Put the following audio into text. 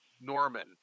Norman